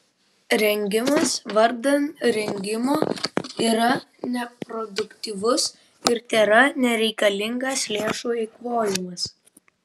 rengimas vardan rengimo yra neproduktyvus ir tėra nereikalingas lėšų eikvojimas